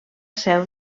seu